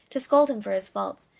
to scold him for his faults,